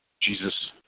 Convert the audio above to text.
Jesus